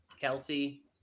Kelsey